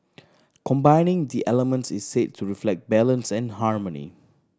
combining the elements is said to reflect balance and harmony